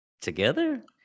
together